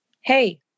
hey